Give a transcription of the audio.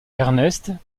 ernest